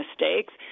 mistakes